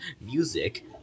music